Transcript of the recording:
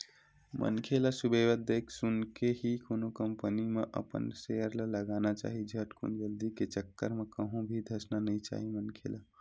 मनखे ल सुबेवत देख सुनके ही कोनो कंपनी म अपन सेयर ल लगाना चाही झटकुन जल्दी के चक्कर म कहूं भी धसना नइ चाही मनखे ल